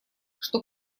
что